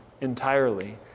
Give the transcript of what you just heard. entirely